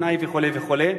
פנאי וכו' וכו'.